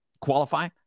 qualify